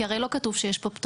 כי הרי לא כתוב פה שיש פטור.